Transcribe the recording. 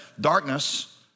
darkness